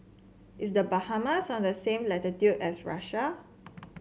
is The Bahamas on the same latitude as Russia